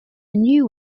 new